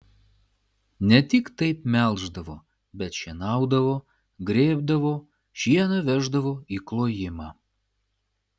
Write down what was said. ne tik taip melždavo bet šienaudavo grėbdavo šieną veždavo į klojimą